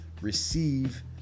receive